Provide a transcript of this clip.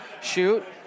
shoot